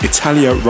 Italia